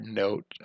note